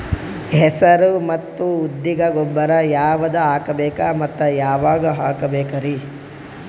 ಹೆಸರು ಮತ್ತು ಉದ್ದಿಗ ಗೊಬ್ಬರ ಯಾವದ ಹಾಕಬೇಕ ಮತ್ತ ಯಾವಾಗ ಹಾಕಬೇಕರಿ?